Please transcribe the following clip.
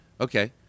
okay